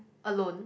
alone